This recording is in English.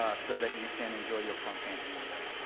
ah so that you can enjoy your content anywhere.